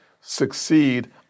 succeed